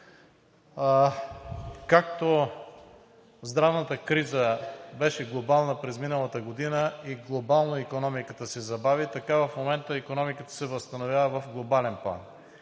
Както здравната криза беше глобална през миналата година и глобално икономиката се забави, така в момента икономиката се възстановява в глобален план.